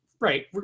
Right